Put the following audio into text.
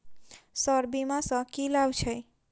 Sir बीमा सँ की लाभ छैय?